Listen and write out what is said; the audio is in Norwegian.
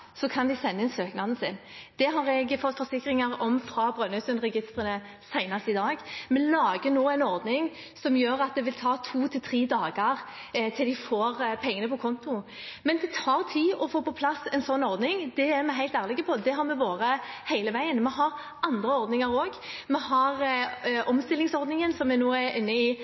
kan de sende inn søknaden sin. Det har jeg fått forsikringer om fra Brønnøysundregistrene senest i dag. Vi lager nå en ordning som gjør at det vil ta to til tre dager til de får pengene på konto. Men det tar tid å få på plass en sånn ordning. Det er vi helt ærlige på, og det har vi vært hele veien. Vi har også andre ordninger. Vi har omstillingsordningen, som vi nå er inne i